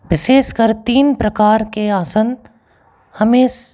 विशेषकर तीन प्रकार के आसन हमें